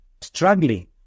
Struggling